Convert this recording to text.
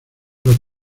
los